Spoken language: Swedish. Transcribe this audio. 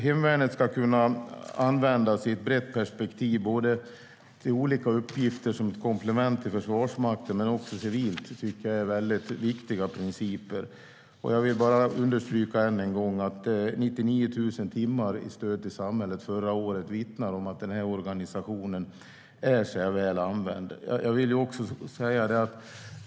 Hemvärnet ska användas i brett perspektiv både som ett komplement till Försvarsmakten i olika uppgifter och civilt. Det är viktiga principer. Jag vill än en gång understryka att 99 000 timmar i stöd till samhället förra året vittnar om att organisationen är väl använd.